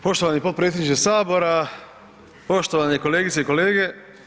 Poštovani potpredsjedniče Sabora, poštovane kolegice i kolege.